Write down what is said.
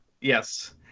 Yes